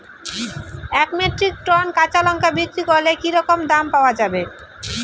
এক metric ton কাঁচা লঙ্কা বিক্রি করলে কি রকম দাম পাওয়া যাবে?